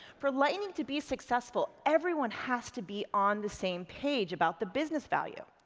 for lightning to be successful, everyone has to be on the same page about the business value.